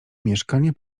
mieszkanie